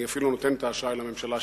ואפילו אני נותן את האשראי לממשלה,